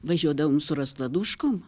važiuodavom su raskladūškom